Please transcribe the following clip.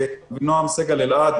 אבינעם סגל-אלעד.